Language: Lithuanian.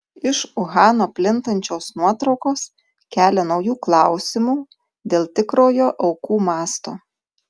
iš uhano plintančios nuotraukos kelia naujų klausimų dėl tikrojo aukų masto